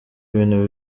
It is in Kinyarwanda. ibintu